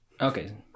Okay